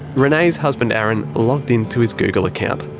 renay's husband aaron logged into his google account.